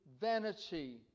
vanity